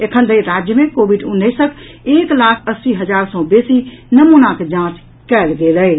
एखन धरि राज्य मे कोविड उन्नैसक एक लाख अस्सी हजार सँ बेसी नमूनाक जांच कयल गेल अछि